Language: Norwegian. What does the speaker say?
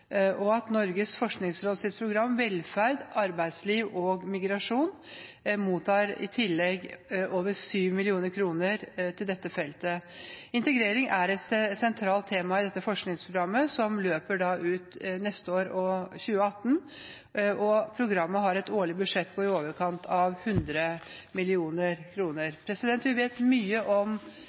Norges forskningsråds program Velferd, arbeidsliv og migrasjon mottar i tillegg over 7 mill. kr til dette feltet. Integrering er et sentralt tema i dette forskningsprogrammet, som løper ut neste år og 2018. Programmet har et årlig budsjett på i overkant av 100 mill. kr. Vi vet mye om